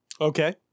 Okay